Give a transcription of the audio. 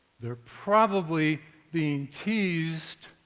they are probably being teased